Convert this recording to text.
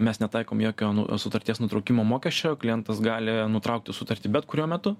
mes netaikom jokio sutarties nutraukimo mokesčio klientas gali nutraukti sutartį bet kuriuo metu